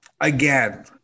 again